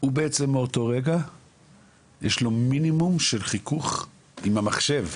הוא בעצם באותו רגע יש לו מינימום חיכוך עם המחשב.